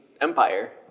empire